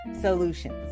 Solutions